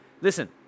Listen